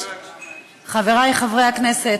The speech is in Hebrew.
חבריי חברי הכנסת,